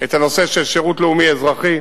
את הנושא של שירות לאומי אזרחי,